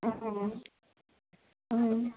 उम् उम् उम्